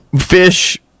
fish